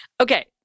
Okay